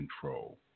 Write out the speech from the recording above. control